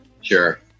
sure